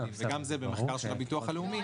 גם זה עלה במחקר של הביטוח הלאומי.